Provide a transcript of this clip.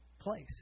place